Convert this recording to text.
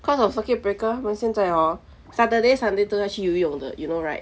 cause of circuit breaker then 现在 orh saturday sunday 都要去游泳的 you know right